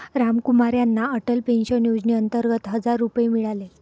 रामकुमार यांना अटल पेन्शन योजनेअंतर्गत हजार रुपये मिळाले